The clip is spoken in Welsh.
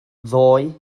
ddoe